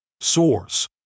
Source